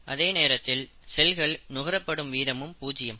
அதே நேரத்தில் செல்கள் நுகரப்படும் வீதமும் பூஜ்ஜியம்